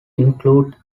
include